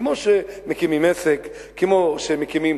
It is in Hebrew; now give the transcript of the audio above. כמו שמקימים עסק, כמו שמקימים